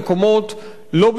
עם אווירה קשה.